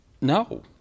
no